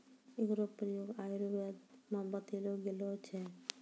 एकरो प्रयोग आयुर्वेद म बतैलो गेलो छै